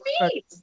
meet